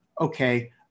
okay